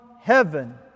heaven